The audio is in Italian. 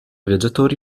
viaggiatori